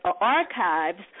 archives